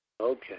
Okay